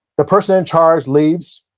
the person in charge leaves,